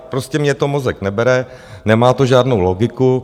Prostě mně to mozek nebere, nemá to žádnou logiku.